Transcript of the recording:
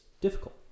difficult